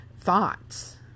thoughts